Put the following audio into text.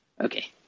Okay